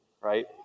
right